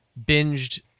binged